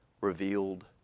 revealed